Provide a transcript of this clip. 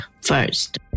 first